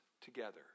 together